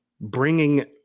bringing –